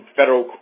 federal